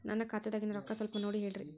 ನನ್ನ ಖಾತೆದಾಗಿನ ರೊಕ್ಕ ಸ್ವಲ್ಪ ನೋಡಿ ಹೇಳ್ರಿ